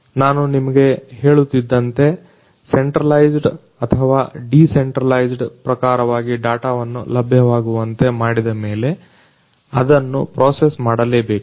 ನಾನು ನಿಮಗೆ ಹೇಳುತ್ತಿದ್ದಂತೆ ಸೆಂಟ್ರಲೈಸ್ಡ್ ಕೇಂದ್ರೀಕೃತ ಅಥವಾ ಡಿಸೆಂಟ್ರಲೈಸ್ಡ್ ವಿಕೇಂದ್ರೀಕೃತ ಪ್ರಕಾರವಾಗಿ ಡಾಟವನ್ನ ಲಭ್ಯವಾಗುವಂತೆ ಮಾಡಿದ ಮೇಲೆ ಅದನ್ನ ಪ್ರೊಸೆಸ್ ಮಾಡಲೇಬೇಕು